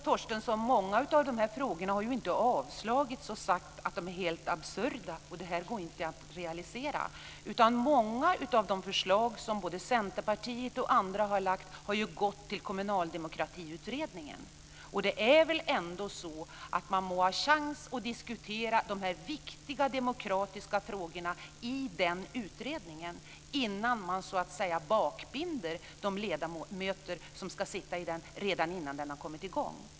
Fru talman! Många av de här frågorna har inte avslagits. Man har inte sagt att de är helt absurda och inte går att realisera. Många av de förslag som både Centerpartiet och andra har lagt fram har ju gått till Lokaldemokratiutredningen. Man må ha chans att diskutera de här viktiga demokratiska frågorna i den utredningen innan vi så att säga bakbinder de ledamöter som ska sitta i den redan innan den har kommit i gång.